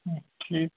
ٹھیٖک